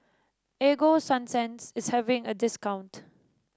Ego Sunsense is having a discount